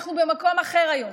אנחנו במקום אחר היום.